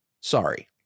Sorry